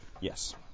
Yes